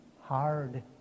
hard